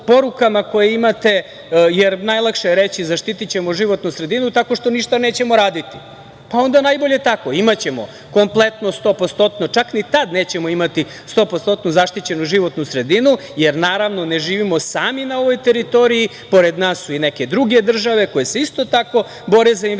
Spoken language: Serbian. koje imate, jer najlakše je reći – zaštitićemo životnu sredinu tako što ništa nećemo raditi. Pa onda najbolje tako. Imaćemo kompletno, stopostotno, čak ni tad nećemo imati stopostotno zaštićenu životnu sredinu, jer naravno ne živimo sami na ovoj teritoriji. Pored nas su i neke druge države koje se isto tako bore za investicije